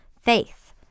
Faith